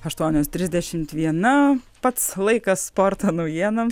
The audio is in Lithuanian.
aštuonios trisdešimt viena pats laikas sporto naujienom